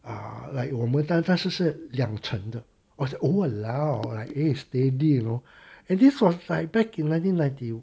ah like 我们但但是是两层的 I was like !walao! like eh steady lor and this was like back in nineteen ninety